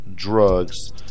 drugs